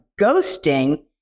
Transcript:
ghosting